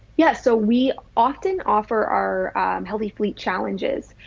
yeah so we often offer our healthy fleet challenges.